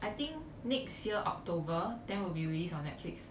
I think next year october then will be released on netflix